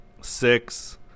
six